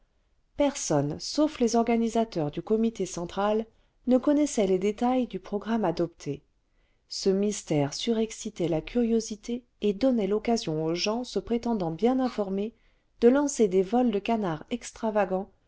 personne sauf les organisateurs du comité central ne connaissait les détails du programme adopté ce mystère surexcitait la curiosité et donnait l'occasion aux gens se prétendant bien informés de lancer des vols de canards extravagants